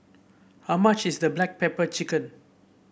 how much is the Black Pepper Chicken